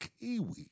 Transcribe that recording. kiwi